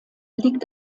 liegt